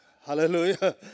Hallelujah